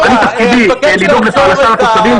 תפקידי לדאוג לפרנסה לתושבים,